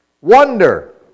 wonder